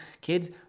kids